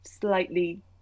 slightly